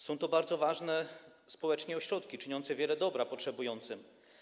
Są to bardzo ważne społecznie ośrodki, czyniące wiele dobra potrzebującym.